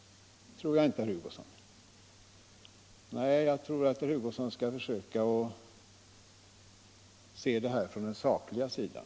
Det tror jag inte, herr Hugosson. Nej, herr Hugosson bör nog försöka se detta från den sakliga sidan.